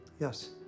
Yes